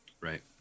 Right